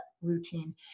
routine